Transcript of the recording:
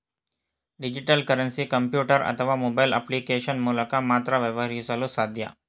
digital currency computer ಅಥವಾ mobile application ಮೂಲಕ ಮಾತ್ರ ವ್ಯವಹರಿಸಲು ಸಾಧ್ಯ